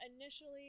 initially